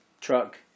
truck